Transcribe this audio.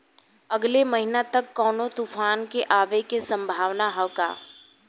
अगले महीना तक कौनो तूफान के आवे के संभावाना है क्या?